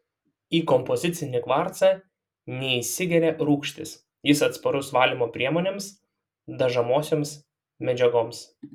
į kompozicinį kvarcą neįsigeria rūgštys jis atsparus valymo priemonėms dažomosioms medžiagoms